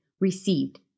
Received